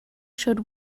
should